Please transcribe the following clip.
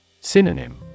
Synonym